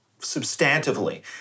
substantively